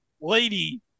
lady